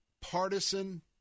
partisan